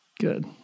good